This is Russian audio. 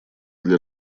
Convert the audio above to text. для